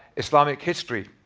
islamic history.